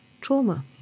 trauma